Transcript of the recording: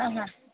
ہاں